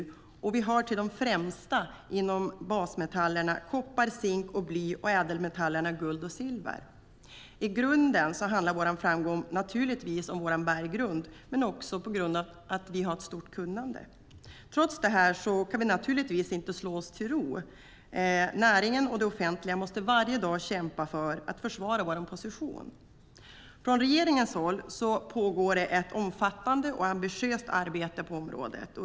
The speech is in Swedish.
Dessutom hör vi till de främsta producenterna av basmetallerna koppar, zink och bly och av ädelmetallerna guld och silver. I grunden handlar vår framgång naturligtvis om vår berggrund men också om vårt stora kunnande. Trots det kan vi inte slå oss till ro. Näringen och det offentliga måste varje dag kämpa för att försvara vår position. Från regeringens håll pågår ett omfattande och ambitiöst arbete på området.